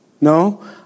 No